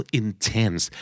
intense